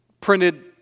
printed